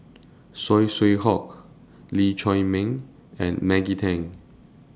Saw Swee Hock Lee Chiaw Meng and Maggie Teng